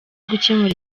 gukemura